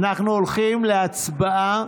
אנחנו הולכים להצבעה.